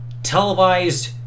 Televised